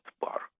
bar